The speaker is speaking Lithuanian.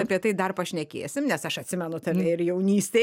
apie tai dar pašnekėsim nes aš atsimenu tave ir jaunystėj